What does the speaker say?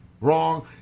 Wrong